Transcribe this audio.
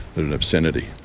they're an obscenity.